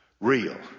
real